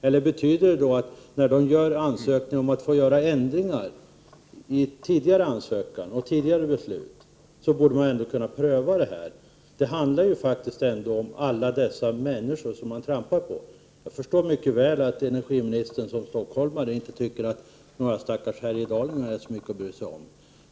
Eller betyder det att det borde ske en prövning när företaget kommer med ansökningar om att få göra ändringar i tidigare ansökan och tidigare beslut? Här måste man faktiskt tänka på alla människor där uppe som man, som sagt, så att säga trampar på. Jag förstår mycket väl att energiministern som stockholmare inte tycker att några stackars härjedalingar är så mycket att bry sig om.